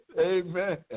Amen